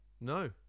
no